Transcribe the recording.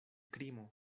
krimo